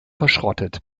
verschrottet